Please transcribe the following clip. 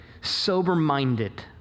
sober-minded